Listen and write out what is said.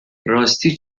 راستی